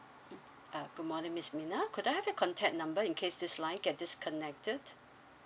uh good morning miss mina could I have your contact number in case this line get disconnected